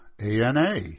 A-N-A